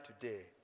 today